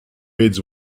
aids